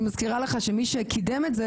אני מזכירה לך שמי שקידם את זה,